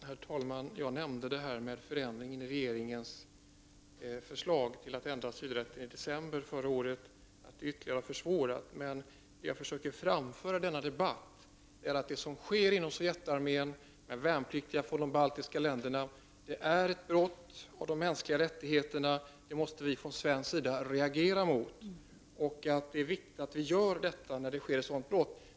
Herr talman! Jag nämnde att regeringens förslag att ändra asylrätten i december förra året ytterligare har försvårat situationen. I denna debatt försöker jag däremot att framföra att det som sker med baltiska värnpliktiga inom Sovjetarmén är brott mot de mänskliga rättigheterna. Det måste vi från svensk sida reagera mot. Det är viktigt att vi gör det när det sker ett sådant brott.